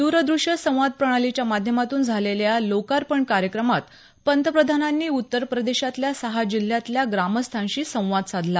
द्रद्रष्य संवाद प्रणालीच्या माध्यमातून झालेल्या या लोकार्पण कार्यक्रमात पंतप्रधानांनी उत्तर प्रदेशातल्या सहा जिल्ह्यातल्या ग्रामस्थांशी संवाद साधला